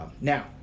now